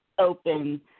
open